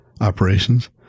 operations